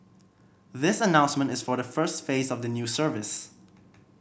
this announcement is for the first phase of the new service